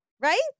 Right